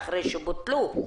ואחרי שבוטלו.